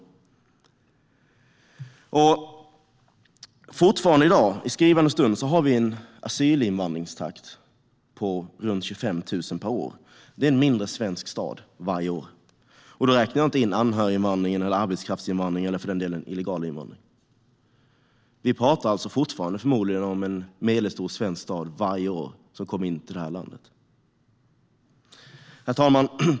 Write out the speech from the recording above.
Fortfarande, i skrivande stund, har vi en asylinvandringstakt på runt 25 000 per år. Det motsvarar en mindre svensk stad varje år. Och då räknar jag inte in anhöriginvandring, arbetskraftsinvandring eller, för den delen, illegal invandring. Vi pratar alltså fortfarande förmodligen om människor motsvarande en medelstor svensk stad som varje år kommer in till det här landet. Herr talman!